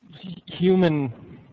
human